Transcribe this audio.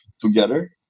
together